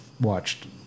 watched